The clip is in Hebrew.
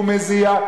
הוא מזיע.